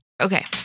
Okay